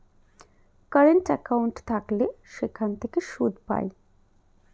current account থাকলে সেখান থেকে সুদ পায়